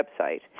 website